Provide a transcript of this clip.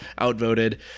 outvoted